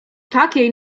takiej